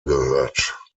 gehört